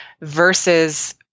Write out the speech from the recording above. versus –